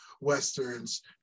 Westerns